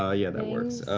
ah yeah, that works.